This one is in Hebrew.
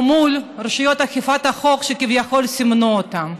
או מול, רשויות אכיפת החוק, שכביכול סימנו אותם.